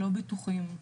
לא בטוחים,